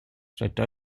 cette